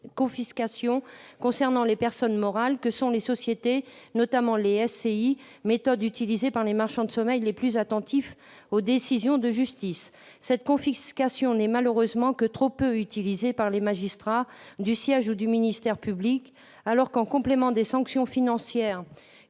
concernant les personnes morales que sont, notamment, les sociétés civiles immobilières, méthode utilisée par les marchands de sommeil les plus attentifs aux décisions de justice. Cette confiscation n'est malheureusement que trop peu utilisée par les magistrats du siège ou du ministère public, alors qu'elle constitue, en complément des sanctions financières,